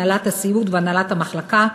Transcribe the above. הנהלת הסיעוד והנהלת המחלקה,